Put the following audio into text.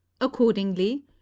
Accordingly